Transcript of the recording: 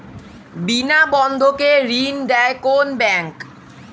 বিনা বন্ধকে ঋণ দেয় কোন ব্যাংক?